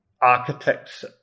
architects